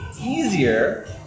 easier